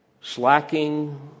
slacking